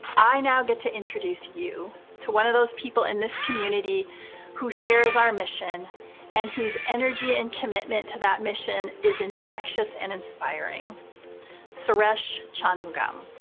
i now get to introduce you to one of those people in this community who shares our mission and whose energy and commitment to that mission is infectious and inspiring suresh chanmugam.